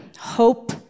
hope